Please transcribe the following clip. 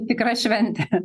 tikra šventė